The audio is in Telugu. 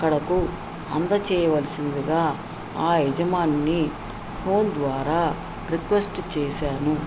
అక్కడకు అందచేయవలసిందిగా ఆ యజమాన్ని ఫోన్ ద్వారా రిక్వెస్ట్ చేశాను